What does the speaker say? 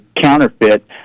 counterfeit